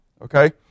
okay